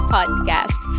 Podcast